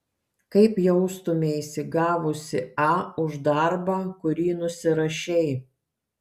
kaip jaustumeisi gavusi a už darbą kurį nusirašei